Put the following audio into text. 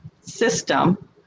system